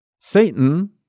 Satan